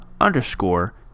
underscore